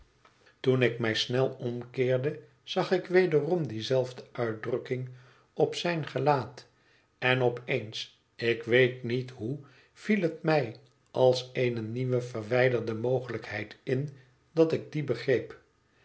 toen ik mij snel omkeerde zag ik wederom die zelfde uitdrukking op zijn gelaat en op eens ik weet niet hoe viel het mij als eene nieuwe verwijderde mogelijkheid in dat ik die begreep